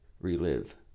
relive